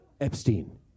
Epstein